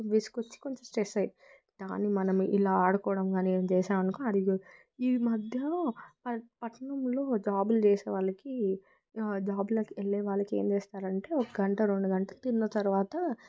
విసుగు వచ్చి కొంచెం స్ట్రెస్ దాన్ని మనం ఇలా ఆడుకోవడం అనేది చేశామనుకో అది ఈ మధ్య పట్నంలో జాబులు చేసే వాళ్ళకి జాబులకి వెళ్ళే వాళ్ళకి ఏం చేస్తారంటే ఒక గంట రెండు గంటలు తిన్న తర్వాత